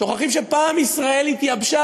שוכחים שפעם ישראל התייבשה,